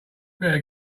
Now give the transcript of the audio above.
better